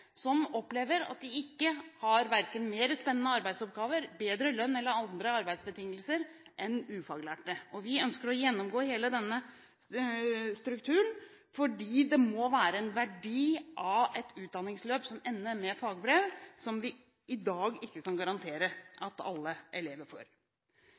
som opplever at de verken har mer spennende arbeidsoppgaver eller bedre lønn eller andre arbeidsbetingelser enn ufaglærte. Vi ønsker å gjennomgå hele denne strukturen, fordi det må være en verdi i et utdanningsløp som ender i et fagbrev – noe som vi i dag ikke kan garantere at alle elever får. Ungdoms utdanningsambisjoner øker. Det er